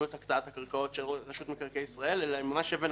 הקרקעות של רשות מקרקעי ישראל אלא היא ממש אבן הראשה,